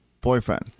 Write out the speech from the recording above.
boyfriend